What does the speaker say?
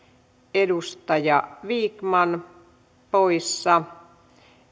edustaja vikman poissa